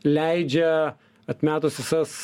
leidžia atmetus visas